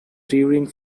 during